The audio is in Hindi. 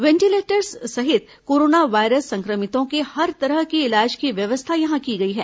वेंटिलेटर्स सहित कोरोना वायरस संक्रमितों के हर तरह की इलाज की व्यवस्था यहां की गई है